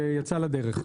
שיצאה לדרך.